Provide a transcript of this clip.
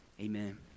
Amen